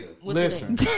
listen